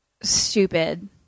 stupid